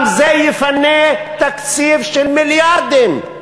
גם זה יפנה תקציב של מיליארדים,